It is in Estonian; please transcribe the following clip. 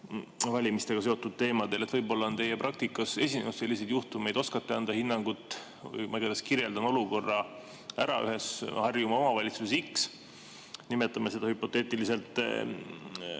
valimistega seotud teemadel. Võib-olla on teie praktikas esinenud selliseid juhtumeid ja oskate anda hinnangut. Ma ei tea, kas kirjeldan olukorda? Ühes Harjumaa omavalitsuses X, nimetame seda hüpoteetiliselt,